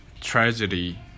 tragedy